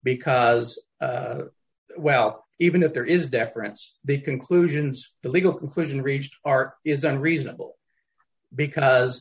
because well even if there is deference the conclusions the legal conclusion reached are isn't reasonable because